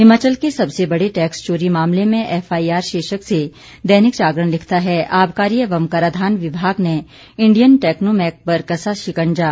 हिमाचल के सबसे बड़े टैक्स चोरी मामले में एफआईआर शीर्षक से दैनिक जागरण लिखता है आबकारी एवं कराधान विभाग ने इंडियन टेक्नोमेक पर कसा शिकंजा